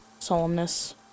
solemnness